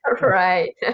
Right